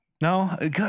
No